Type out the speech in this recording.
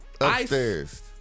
Upstairs